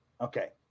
Okay